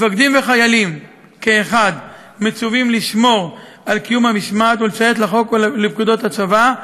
מפקדים וחיילים כאחד מצווים לשמור על המשמעת ולציית לחוק ולפקודות הצבא,